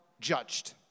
judged